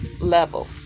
level